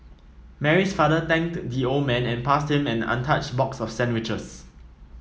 Mary's father thanked the old man and passed him an untouched box of sandwiches